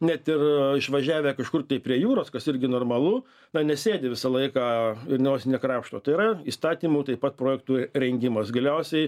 net ir išvažiavę kažkur tai prie jūros kas irgi normalu na nesėdi visą laiką nosį nekrapšto tai yra įstatymų taip pat projektų rengimas galiausiai